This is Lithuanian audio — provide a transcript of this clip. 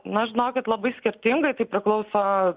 na žinokit labai skirtinga tai priklauso